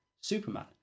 Superman